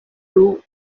true